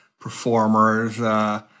performers